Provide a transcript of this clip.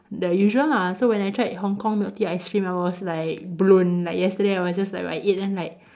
the usual lah so when I tried Hong-Kong milk tea ice cream I was like blown like yesterday I was just like I eat then like